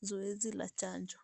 zoezi la chanjo.